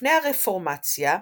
לפני הרפורמציה,